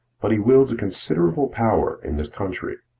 but he wields a considerable power in this country.